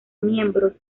miembros